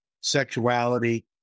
sexuality